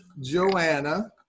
Joanna